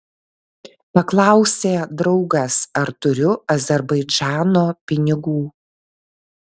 paklausė draugas ar turiu azerbaidžano pinigų